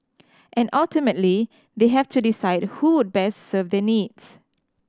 and ultimately they have to decide who would best serve their needs